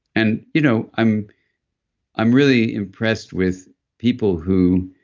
and you know i'm i'm really impressed with people who.